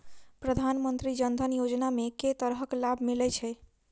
प्रधानमंत्री जनधन योजना मे केँ तरहक लाभ मिलय छै?